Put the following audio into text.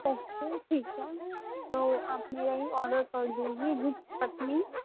okay ٹھیک ہے تو آپ میرا یہ آڈر کر دیجیے وتھ چٹنی